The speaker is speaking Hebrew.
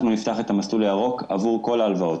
אנחנו נפתח את המסלול הירוק עבור כל ההלוואות,